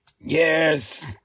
yes